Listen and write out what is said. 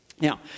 now